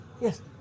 Yes